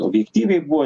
objektyviai buvo